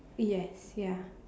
yes ya